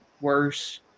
worse